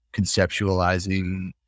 conceptualizing